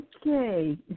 Okay